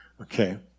Okay